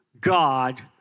God